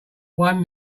one